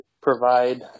provide